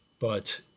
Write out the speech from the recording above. but